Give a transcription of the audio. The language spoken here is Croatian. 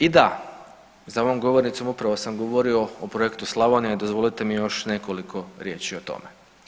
I da, za ovom govornicom upravo sam govorio o Projektu Slavonija i dozvolite mi još nekoliko riječi o tome.